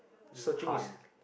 searching is